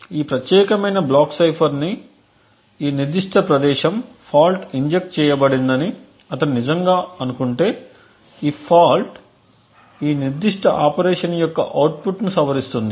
ఈ ప్రత్యేకమైన బ్లాక్ సైఫర్లోని ఈ నిర్దిష్ట ప్రదేశం ఫాల్ట్ ఇంజెక్ట్ చేయబడిందని అతను నిజంగా అనుకుంటే ఈ ఫాల్ట్ ఈ నిర్దిష్ట ఆపరేషన్ యొక్క అవుట్పుట్ను సవరిస్తుంది